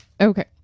Okay